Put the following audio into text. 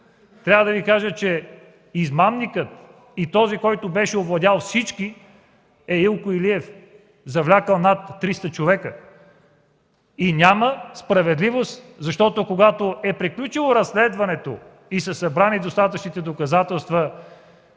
трябва да Ви кажа, че измамникът и този, който беше овладял всички, е Илко Илиев, завлякъл над 300 човека. И няма справедливост, защото когато е приключило разследването и са събрани достатъчните доказателства...